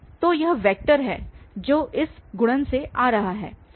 तो यह वेक्टर है जो इस गुणन से आ रहा है